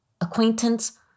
acquaintance